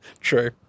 True